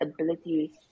ability